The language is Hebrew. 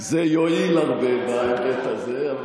יועיל הרבה בהיבט הזה.